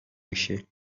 میشه